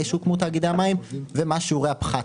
שהוקמו תאגידי המים ומה שיעורי הפחת,